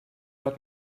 hat